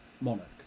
Monarch